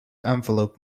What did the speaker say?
envelope